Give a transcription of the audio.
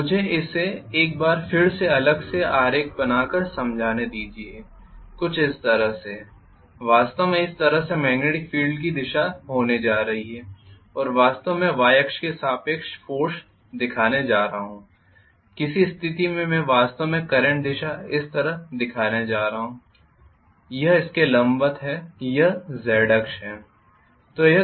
मुझे इसे एक बार फिर से अलग से आरेख बनाकर समझाने दीजिए कुछ इस तरह से वास्तव में इस तरह से मॅग्नेटिक फील्ड की दिशा होने जा रही है और वास्तव में Y अक्ष के सापेक्ष फोर्स दिखाने जा रहा हूं किस स्थिति में मैं वास्तव में करंट दिशा कुछ इस तरह दिखाने जा रहा हूं है यह इसके लंबवत है यह Z अक्ष है